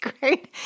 great